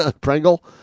Pringle